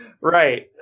Right